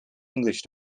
english